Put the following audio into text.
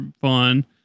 fun